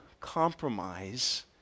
compromise